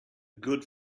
good